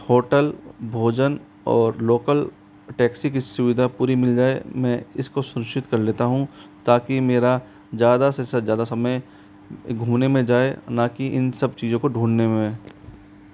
hotel भोजन और local taxi की सुविधा पूरी मिल जाए मैं इसको सुनिश्चित कर लेता हूँ ताकि मेरा ज़्यादा से ज़्यादा समय घूमने में जाए न कि इन सब चीज़ों को ढूंढने में